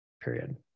period